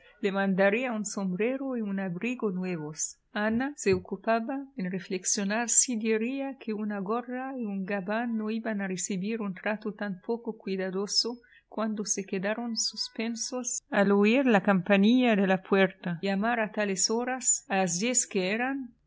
mandaría un sombrero y un abrigo nuevos ana se ocupaba en reflexionar si diría que una gorra y un gabán no iban a recibir un trato tan poco cuidadoso cuando se quedaron suspensos al oir la campanilla de la puerta llamar a tale horas a las diez que eran